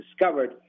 discovered